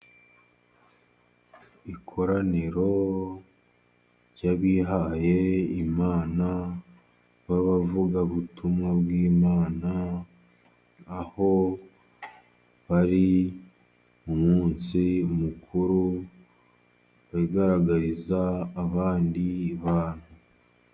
Ikoraniro ry'Abihayimana b'Abavugabutumwa bw'Imana, aho bari mu munsi mukuru bigaragariza abandi bantu.